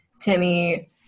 Timmy